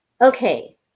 okay